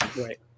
Right